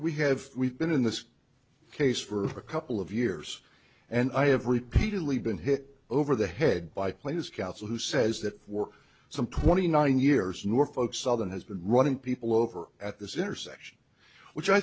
we have we've been in this case for a couple of years and i have repeatedly been hit over the head by players counsel who says that for some twenty nine years nor folks southern has been running people over at this intersection which i